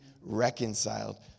reconciled